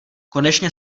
konečně